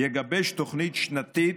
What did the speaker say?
יגבש תוכנית שנתית